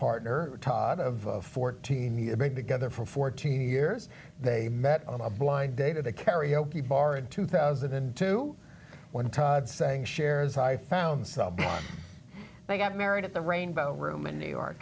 partner todd of fourteen he had made together for fourteen years they met on a blind date at the karaoke bar in two thousand and two when todd saying shares i found so they got married at the rainbow room in new york